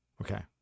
okay